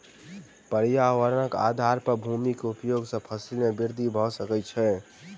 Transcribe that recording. पर्यावरणक आधार पर भूमि के उपयोग सॅ फसिल में वृद्धि भ सकै छै